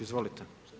Izvolite.